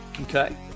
Okay